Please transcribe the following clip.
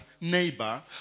neighbor